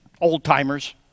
old-timers